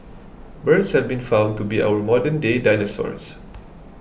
birds have been found to be our modernday dinosaurs